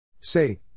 Say